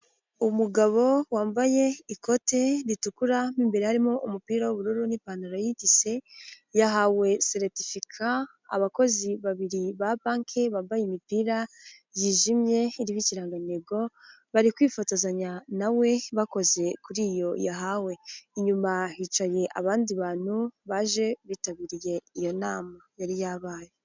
umugabo wambaye ikoti ritukura mu imbere harimo umupira w'ubururu n'ipantaro y'itise, yahawe seritifika abakozi babiri ba banki bambaye imipira yijimye irimo ikiragantego, bari kwifotozanya na we bakoze kuri iyo yahawe, inyuma hicanye abandi bantu baje bitabiriye iyo nama yari yabaye.